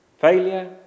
failure